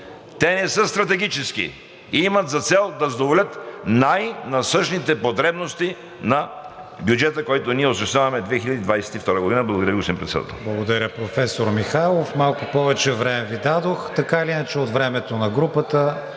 Те не са стратегически и имат за цел да задоволят най-насъщните потребности на бюджета, който ние осъществяваме 2022 г. Благодаря, господин Председател.